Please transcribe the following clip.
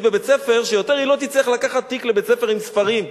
בבית-ספר שיותר היא לא תצטרך לקחת תיק לבית-ספר עם ספרים.